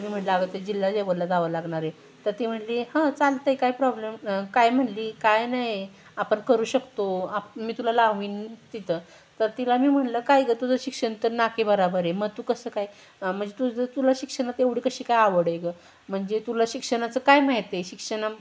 मी म्हणलं अगं ते जिल्हा लेवलला जावं लागणार आहे तर ती म्हणाली हं चालतं आहे काय प्रॉब्लेम काय म्हणाली काय नाही आपण करू शकतो आप मी तुला लावेन तिथं तर तिला मी म्हणलं काय गं तुझं शिक्षण तर नाकी बरोबर आहे मग तू कसं काय म्हणजे तुझं तुला शिक्षणात एवढी कशी काय आवड आहे गं म्हणजे तुला शिक्षणाचं काय माहीत आहे शिक्षण